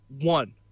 one